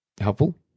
helpful